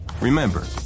Remember